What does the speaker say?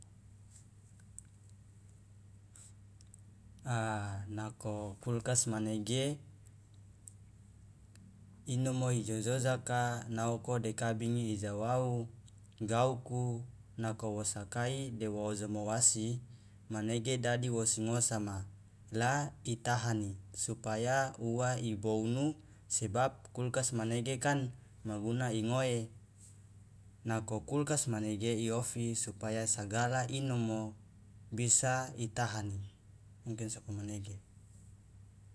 A nako kulkas manege inomo ijojojaka naoko de kabingi i jau- wau gauku nako wo sakai de wo ojomo wasi manege dadi wosi ngosama la itahani la supaya uwa ibounu sebab kulkas manege kan maguna ingoe nako kulkas manege iofi supaya sagala inomo bisa itahani mungkin sokomanege.